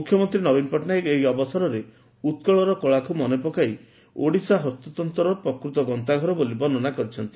ମୁଖ୍ୟମନ୍ତୀ ନବୀନ ପଟ୍ଟନାୟକ ଏହି ଅବସରରେ ଉକୁଳର କଳାକୁ ମନେପକାଇ ଓଡ଼ିଶା ହସ୍ତତ୍ତର ପ୍ରକୃତ ଗନ୍ତାଘର ବୋଲି ବର୍ଷ୍ନା କରିଛନ୍ତି